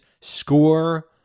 score